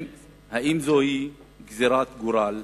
האם זוהי גזירת גורל